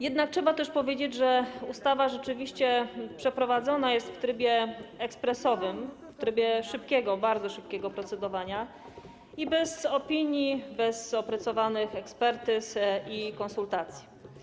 Jednak trzeba też powiedzieć, że ustawa rzeczywiście przeprowadzona jest w trybie ekspresowym, w trybie szybkiego, bardzo szybkiego procedowania i bez opinii, bez opracowanych ekspertyz i konsultacji.